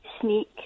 sneak